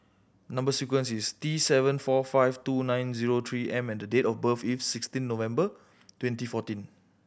number sequence is T seven four five two nine zero Three M and date of birth is sixteen November twenty fourteen